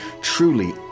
truly